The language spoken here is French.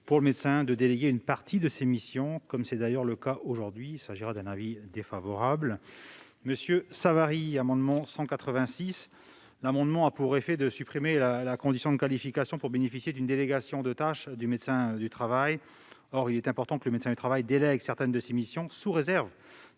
pour lui, de déléguer une partie de ses missions, comme c'est d'ailleurs déjà le cas aujourd'hui. L'avis est défavorable. L'amendement n° 186 rectifié, s'il était adopté, aurait pour effet de supprimer la condition de qualification pour bénéficier d'une délégation de tâches du médecin du travail. Or il est important que le médecin du travail délègue certaines de ses missions, sous réserve